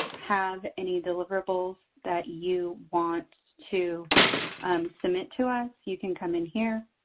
have any deliverables that you want to submit to us, you can come in here,